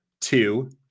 two